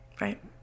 Right